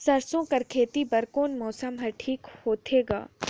सरसो कर खेती बर कोन मौसम हर ठीक होथे ग?